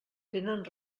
tenen